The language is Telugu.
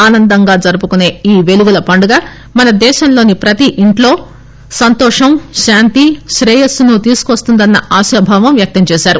ఆనందంగా జరుపుకుసే ఈ పెలుగుల పండుగ మన దేశంలోని ప్రతి ఇంటిలో సంతోషం శాంతి శ్రేయస్సును తీసుకువస్తుందన్న ఆశాభావాన్ని వ్యక్తంచేసారు